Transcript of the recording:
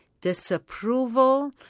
disapproval